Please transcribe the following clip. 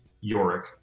Yorick